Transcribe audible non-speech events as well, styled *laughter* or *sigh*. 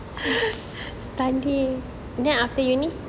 *noise*